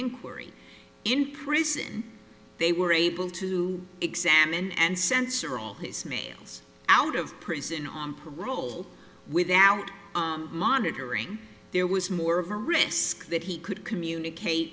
inquiry in prison they were able to examine and censor all his mails out of prison on parole without monitoring there was more of a risk that he could communicate